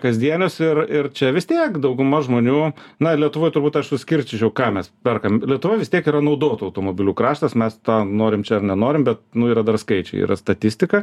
kasdienius ir ir čia vis tiek dauguma žmonių na lietuvoj turbūt aš suskirstyčiau ką mes perkam lietuva vis tiek yra naudotų automobilių kraštas mes tą norim čia ar nenorim bet nu yra dar skaičiai yra statistika